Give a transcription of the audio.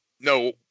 No